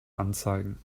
anzeigen